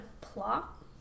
plot